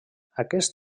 aquest